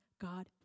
God